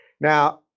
Now